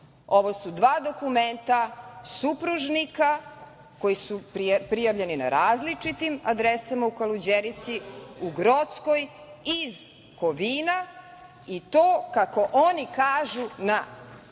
ovo su dva dokumenta supružnika koji su prijavljeni na različitim adresama u Kaluđerici, u Grockoj, iz Kovina, i to, kako oni kažu, na način